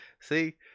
See